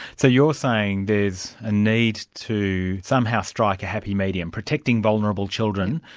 so you're saying there's a need to somehow strike a happy medium, protecting vulnerable children,